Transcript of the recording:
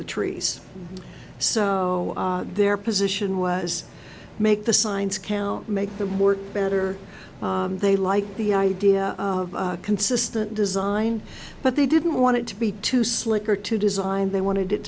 the trees so their position was make the signs count make them more better they like the idea of consistent design but they didn't want it to be too slick or too design they wanted it